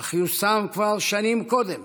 אך יושם כבר שנים קודם